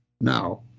Now